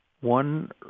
one